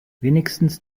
wenigstens